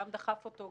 גם דחף אותו,